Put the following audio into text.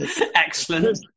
Excellent